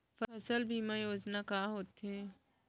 फसल बीमा योजना का होथे?